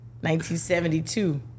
1972